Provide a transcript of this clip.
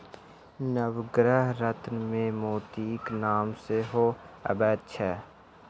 नवग्रह रत्नमे मोतीक नाम सेहो अबैत छै